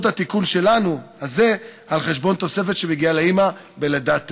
התיקון הזה שלנו על חשבון התוספת שמגיעה לאימא בלידת תאומים.